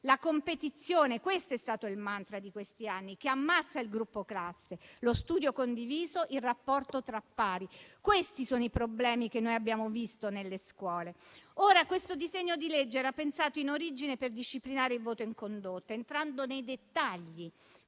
La competizione, questo è stato il *mantra* di questi anni, che ammazza il gruppo classe, lo studio condiviso, il rapporto tra pari. Questi sono i problemi che abbiamo visto nelle scuole. Questo disegno di legge era stato pensato in origine per disciplinare il voto in condotta, entrando nei dettagli,